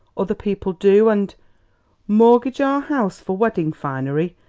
other people do, and mortgage our house for wedding finery?